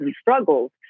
struggles